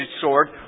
sword